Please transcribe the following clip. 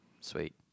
Sweet